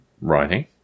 writing